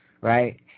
right